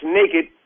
naked